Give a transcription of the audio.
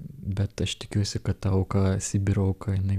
bet aš tikiuosi kad auka sibiro ką jinai